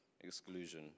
exclusion